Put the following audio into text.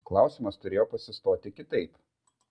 klausimas turėjo pasistoti kitaip